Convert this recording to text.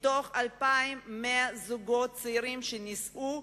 מתוך 2,100 זוגות צעירים שנישאו,